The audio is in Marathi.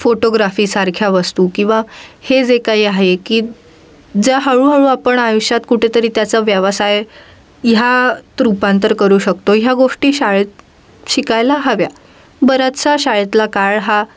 फोटोग्राफीसारख्या वस्तू किंवा हेच जे काही आहे की ज्या हळूहळू आपण आयुष्यात कुठेतरी त्याचा व्यवसाय ह्यात रूपांतर करू शकतो ह्या गोष्टी शाळेत शिकायला हव्या बराचसा शाळेतला काळ हा